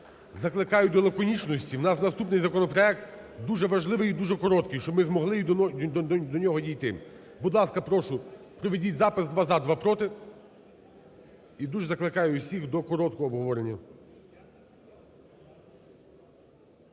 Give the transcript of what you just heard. закликаю до лаконічності у нас наступний законопроект дуже важливий і дуже короткий, щоб ми змогли до нього дійти. Будь ласка, прошу проведіть запис: два – за, два – проти. І дуже закликаю всіх до короткого обговорення.